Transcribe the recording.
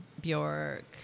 Bjork